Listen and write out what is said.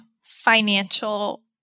financial